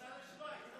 סע לשווייץ.